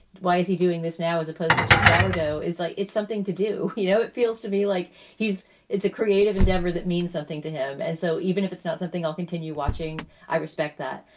why is he doing this now as opposed to just salvado is like it's something to do. you know, it feels to me like he's it's a creative endeavor that means something to him. and so even if it's not something i'll continue watching. i respect that.